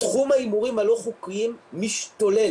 תחום ההימורים הלא חוקיים משתולל.